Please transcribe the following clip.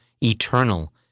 eternal